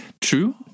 true